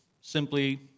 simply